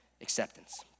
acceptance